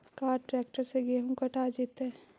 का ट्रैक्टर से गेहूं कटा जितै?